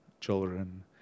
children